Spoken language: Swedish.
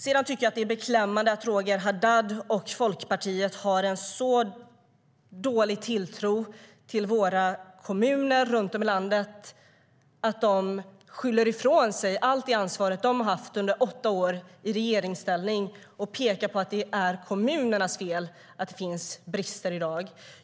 Jag tycker att det är beklämmande att Roger Haddad och Folkpartiet har en så dålig tilltro till våra kommuner runt om i landet och att man skyller ifrån sig allt det ansvar som man har haft under åtta år i regeringsställning och pekar på att det är kommunernas fel att det finns brister i dag.